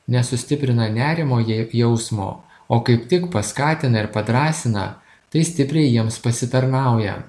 nesustiprina nerimo jei jausmo o kaip tik paskatina ir padrąsina tai stipriai jiems pasitarnauja